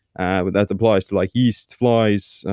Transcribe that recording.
and that applies to like yeast, flies,